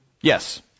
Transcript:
Yes